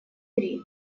три